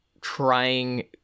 trying